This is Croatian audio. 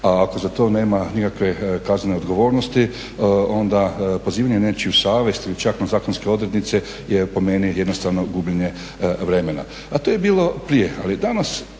a ako za to nema nikakve kaznene odgovornosti onda pozivanje na nečiju savjest ili čak na zakonske odrednice je po meni jednostavno gubljenje vremena. A to je bilo prije, ali danas